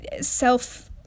self